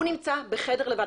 הוא נמצא בחדר לבד.